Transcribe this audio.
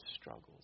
struggles